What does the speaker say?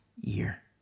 year